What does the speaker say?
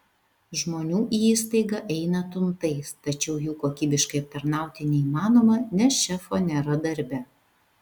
žmonių į įstaigą eina tuntais tačiau jų kokybiškai aptarnauti neįmanoma nes šefo nėra darbe